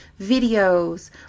videos